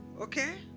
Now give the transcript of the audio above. Okay